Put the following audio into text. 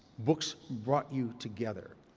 books brought you together.